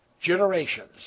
generations